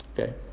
Okay